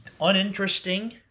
uninteresting